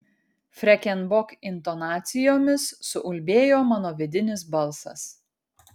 freken bok intonacijomis suulbėjo mano vidinis balsas